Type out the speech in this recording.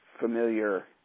familiar